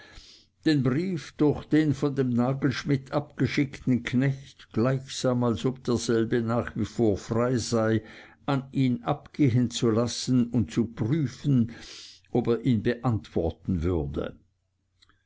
den brief durch den von dem nagelschmidt abgeschickten knecht gleichsam als ob derselbe nach wie vor frei sei an ihn abgeben zu lassen und zu prüfen ob er ihn beantworten würde